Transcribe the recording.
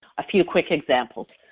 a few quick examples.